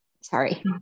sorry